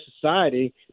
society